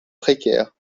précaires